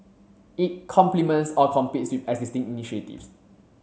it complements or competes with existing initiatives